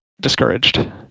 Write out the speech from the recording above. discouraged